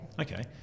Okay